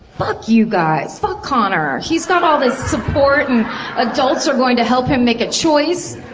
fuck you guys! fuck connor! he's got all this support and adults are going to help him make a choice.